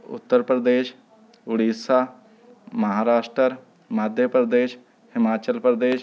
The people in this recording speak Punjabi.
ਉੱਤਰ ਪ੍ਰਦੇਸ਼ ਉੜੀਸਾ ਮਹਾਰਾਸ਼ਟਰ ਮੱਧ ਪ੍ਰਦੇਸ਼ ਹਿਮਾਚਲ ਪ੍ਰਦੇਸ਼